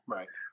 Right